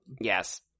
Yes